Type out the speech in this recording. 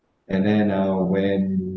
and then uh when